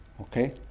Okay